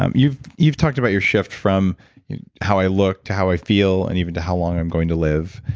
um you've you've talked about your shift from how i look to how i feel, and even to how long i'm going to live.